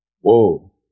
whoa